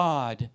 God